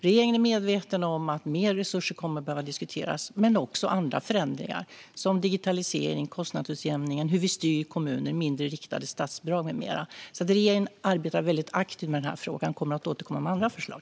Regeringen är medveten om att mer resurser kommer att behöva diskuteras men även andra förändringar, till exempel digitalisering, kostnadsutjämning, hur vi styr kommuner, mindre riktade statsbidrag med mera. Regeringen arbetar alltså mycket aktivt med denna fråga och kommer att återkomma med andra förslag.